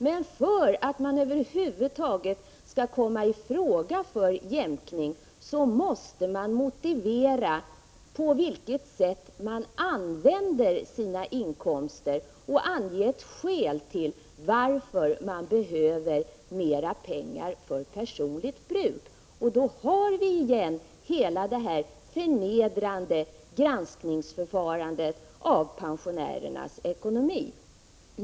Men för att man över huvud taget skall komma i fråga för jämkning, måste man motivera på vilket sätt man använder sina inkomster och ange ett skäl till att man behöver mera pengar för personligt bruk. Då har vi igen hela det förnedrande förfarandet för granskning av pensionärernas ekonomi.